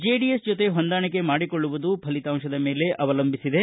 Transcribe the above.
JDS ಜೊತೆ ಹೊಂದಾಣಿಕೆ ಮಾಡಿಕೊಳ್ಳುವುದು ಫಲಿತಾಂಶದ ಮೇಲೆ ಅವಲಂಭಿಸಿದೆ